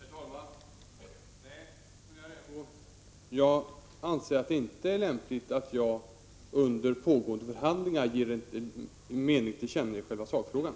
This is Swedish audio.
Herr talman! Nej, Sonja Rembo, jag anser det inte lämpligt att jag under pågående förhandlingar ger en mening till känna i själva sakfrågan.